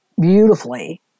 beautifully